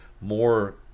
more